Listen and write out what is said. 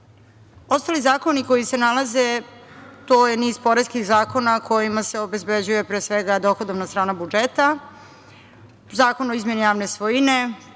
zakoni koji se nalaze, to je niz poreskih zakona kojima se obezbeđuje, pre svega dohodovna strana budžeta. Zakon o izmeni javne svojine,